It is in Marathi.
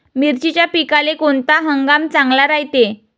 मिर्चीच्या पिकाले कोनता हंगाम चांगला रायते?